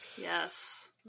Yes